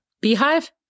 Beehive